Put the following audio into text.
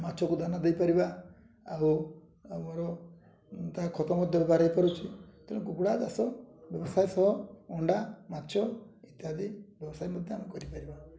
ମାଛକୁ ଦାନା ଦେଇପାରିବା ଆଉ ଆମର ତା ଖତ ମଧ୍ୟ ବ୍ୟବହାର ହେଇପାରୁଛି ତେଣୁ କୁକୁଡ଼ା ଚାଷ ବ୍ୟବସାୟ ସହ ଅଣ୍ଡା ମାଛ ଇତ୍ୟାଦି ବ୍ୟବସାୟ ମଧ୍ୟ ଆମେ କରିପାରିବା